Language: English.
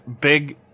big